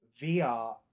VR